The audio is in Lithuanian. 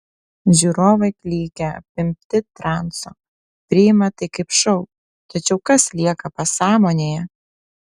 žiūrovai klykia apimti transo priima tai kaip šou tačiau kas lieka pasąmonėje